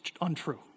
untrue